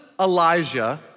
Elijah